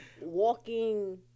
walking